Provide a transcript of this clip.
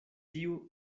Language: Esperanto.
tiu